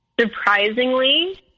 Surprisingly